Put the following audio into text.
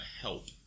help